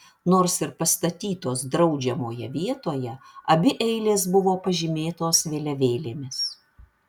nors ir pastatytos draudžiamoje vietoje abi eilės buvo pažymėtos vėliavėlėmis